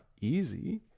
easy